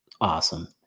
awesome